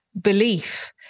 belief